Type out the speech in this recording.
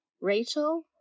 Rachel